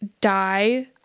die